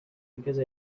because